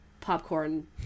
popcorn